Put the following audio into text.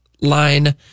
line